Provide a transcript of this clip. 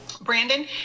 Brandon